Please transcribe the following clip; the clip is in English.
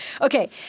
Okay